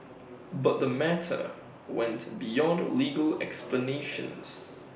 but the matter went beyond legal explanations